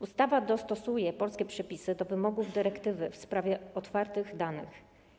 Ustawa dostosuje polskie przepisy do wymogów dyrektywy w sprawie otwartych danych.